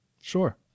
Sure